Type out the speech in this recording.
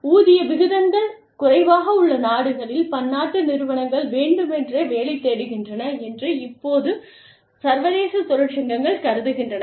ஊதிய விகிதங்கள் குறைவாக உள்ள நாடுகளில் பன்னாட்டு நிறுவனங்கள் வேண்டுமென்றே வேலை தேடுகின்றன என்று இப்போது சர்வதேச தொழிற்சங்கங்கள் கருதுகின்றன